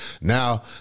now